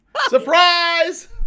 Surprise